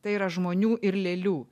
tai yra žmonių ir lėlių